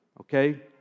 Okay